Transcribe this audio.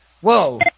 Whoa